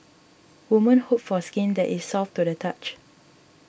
women hope for skin that is soft to the touch